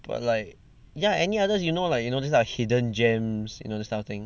but like ya any others you know like you know this type of hidden gems you know this type of thing